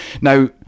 Now